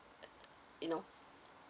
you know